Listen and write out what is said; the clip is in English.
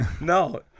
No